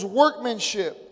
workmanship